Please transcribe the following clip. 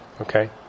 Okay